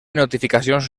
notificacions